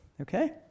Okay